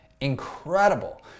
incredible